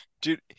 Dude